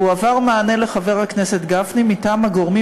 הועבר מענה לחבר הכנסת גפני מטעם הגורמים